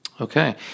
Okay